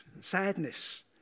sadness